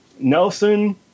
Nelson